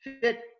fit